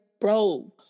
bro